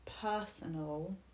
personal